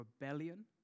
rebellion